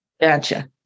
Gotcha